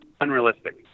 Unrealistic